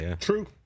True